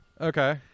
Okay